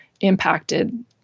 impacted